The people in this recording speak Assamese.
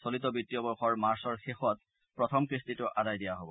চলিত বিত্তীয় বৰ্ষৰ মাৰ্চৰ শেষত প্ৰথম কিস্তিটো আদায় দিয়া হ'ব